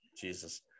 Jesus